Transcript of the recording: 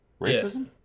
Racism